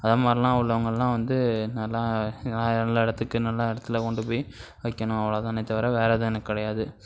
அதை மாதிரிலாம் உள்ளவங்கள்லாம் வந்து நல்லா நல்ல இடத்துக்கு நல்ல இடத்துல கொண்டு போய் வைக்கணும் அவ்வளோ தானே தவிர வேறு எதுவும் எனக்கு கிடையாது